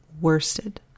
worsted